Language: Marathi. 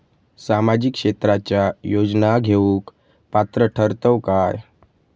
सामाजिक क्षेत्राच्या योजना घेवुक पात्र ठरतव काय?